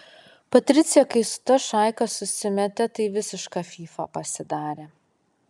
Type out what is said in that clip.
patricija kai su ta šaika susimetė tai visiška fyfa pasidarė